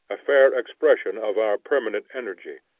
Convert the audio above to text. a fair expression of our permanent energy.